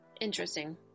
Interesting